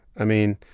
i mean,